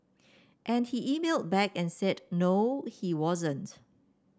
and he emailed back and said no he wasn't